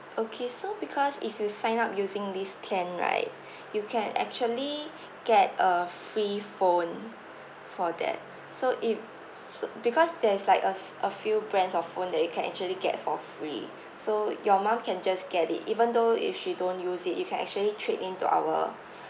okay so because if you sign up using this plan right you can actually get a free phone for that so it so because there is like a f~ a few brands of phone that you can actually get for free so your mum can just get it even though if she don't use it you can actually trade in to our